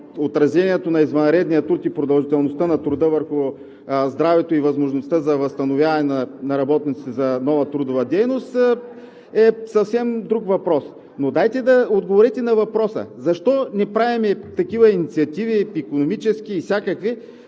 отражението на извънредния труд и продължителността на труда върху здравето и възможността за възстановяване на работниците за нова трудова дейност – съвсем друг въпрос. Но отговорете на въпроса: защо не правим такива инициативи – икономически и всякакви,